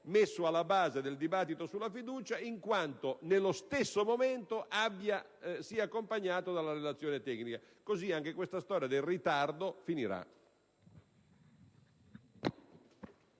messo alla base del dibattito sulla fiducia in quanto nello stesso momento sia accompagnato dalla relazione tecnica. Così anche questa storia del ritardo finirà.